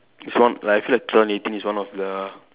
it's one like I feel like two thousand eighteen is one of the